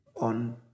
on